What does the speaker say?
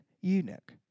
eunuch